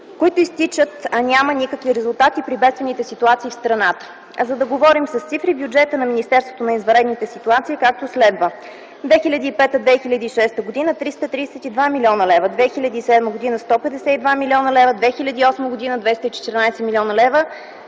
които изтичат, а няма никакви резултати при бедствените ситуации в страната. За да говорим с цифри бюджетът на Министерството на извънредните ситуации е както следва: 2005 2006 г. – 332 млн. лв., 2007 г. – 152 млн. лв., 2008 г. – 214 млн. лв.,